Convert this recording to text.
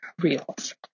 reels